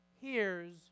hears